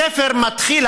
הספר מתחיל,